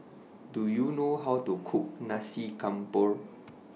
Do YOU know How to Cook Nasi Campur